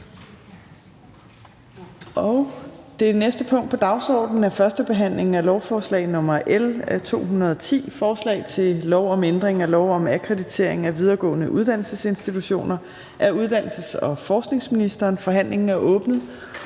Det næste punkt på dagsordenen er: 2) 1. behandling af lovforslag nr. L 210: Forslag til lov om ændring af lov om akkreditering af videregående uddannelsesinstitutioner. (Uddannelsesfilialer). Af uddannelses-